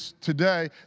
today